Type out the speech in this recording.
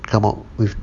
come out with